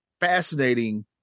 fascinating